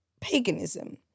paganism